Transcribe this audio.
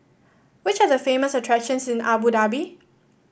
which are the famous attractions in Abu Dhabi